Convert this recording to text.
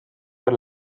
per